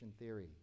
theory